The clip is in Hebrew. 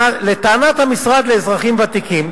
לטענת המשרד לאזרחים ותיקים,